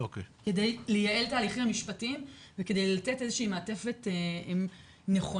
כדי לייעל את התהליכים המשפטיים וכדי לתת איזה שהיא מעטפת נכונה.